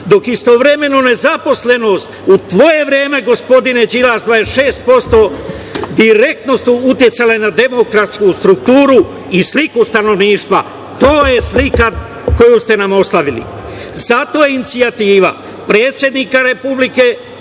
dok istovremeno nezaposlenost u tvoje vreme, gospodine Đilas, 26% direktno je uticala na demografsku strukturu i sliku stanovništva. To je slika koju ste nam ostavili. Zato inicijativa predsednika Republike